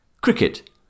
Cricket